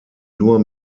nur